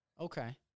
Okay